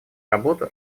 работу